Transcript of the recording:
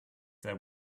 there